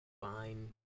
fine